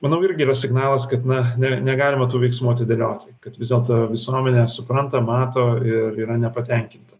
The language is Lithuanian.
manau irgi yra signalas kad na ne negalima tų veiksmų atidėlioti kad vis dėlto visuomenė supranta mato ir yra nepatenkinta